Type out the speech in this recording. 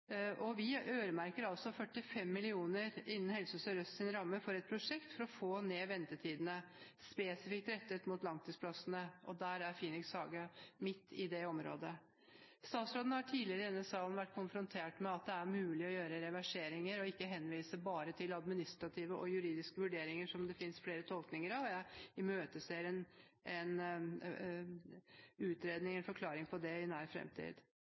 Spydeberg. Vi øremerker altså 45 mill. kr innen Helse Sør-Østs ramme til et prosjekt for å få ned ventetidene – spesifikt rettet mot langtidsplassene. Midt i det området er Phoenix Haga. Statsråden har tidligere i denne salen vært konfrontert med at det er mulig å gjøre reverseringer og ikke henvise bare til administrative og juridiske vurderinger der det finnes flere tolkninger. Jeg imøteser en utredning eller en forklaring på det i nær fremtid.